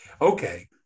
okay